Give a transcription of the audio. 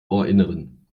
ohrinneren